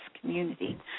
community